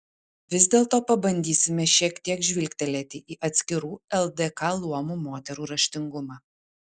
vis dėlto pabandysime šiek tiek žvilgtelėti į atskirų ldk luomų moterų raštingumą